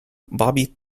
bobby